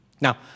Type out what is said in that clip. Now